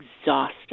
exhausted